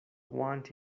want